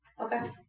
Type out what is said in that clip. Okay